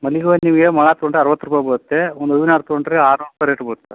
ಮಲ್ಲಿಗೆ ಹೂವು ನೀವು ಏನು ಮೊಳ ತಗೊಂಡರೆ ಅರವತ್ತು ರೂಪಾಯಿ ಬೀಳುತ್ತೆ ಒಂದು ಹೂವಿನ ಹಾರ ತಗೊಂಡರೆ ಆರುನೂರು ರೂಪಾಯಿ ರೇಟ್ ಬೀಳುತ್ತೆ ಸರ್